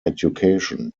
education